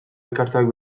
elkarteak